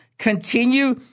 continue